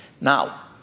Now